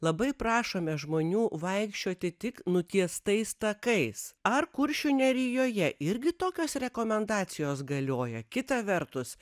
labai prašome žmonių vaikščioti tik nutiestais takais ar kuršių nerijoje irgi tokios rekomendacijos galioja kita vertus